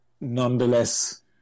nonetheless